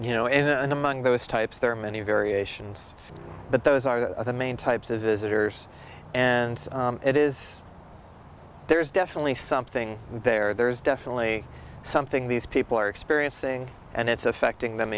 you know and among those types there are many variations but those are the main types of visitors and it is there's definitely something there there is definitely something these people are experiencing and it's affecting them